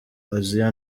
asia